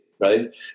right